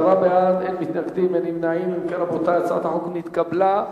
ההצעה להעביר את הצעת חוק הרשות לשיקום האסיר (תיקון)